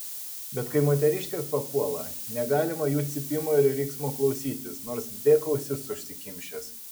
bet kai moteriškės papuola negalima jų cypimo ir riksmo klausytis nors bėk ausis užsikimšęs